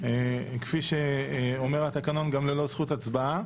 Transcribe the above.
כפי שאומר התקנון, גם ללא זכות הצבעה.